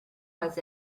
was